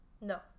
No